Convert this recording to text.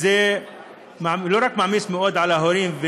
זה לא רק מעמיס מאוד על ההורים,